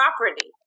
property